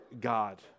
God